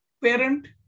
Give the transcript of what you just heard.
parent